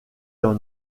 dans